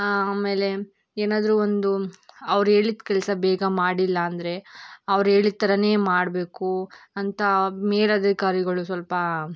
ಆಮೇಲೆ ಏನಾದರೂ ಒಂದು ಅವ್ರು ಹೇಳಿದ ಕೆಲಸ ಬೇಗ ಮಾಡಿಲ್ಲ ಅಂದರೆ ಅವ್ರು ಹೇಳಿದ ಥರ ಮಾಡಬೇಕು ಅಂತ ಮೇಲಾಧಿಕಾರಿಗಳು ಸ್ವಲ್ಪ